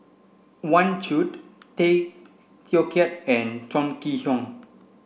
Wang Chunde Tay Teow Kiat and Chong Kee Hiong